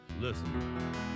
listen